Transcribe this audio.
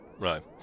Right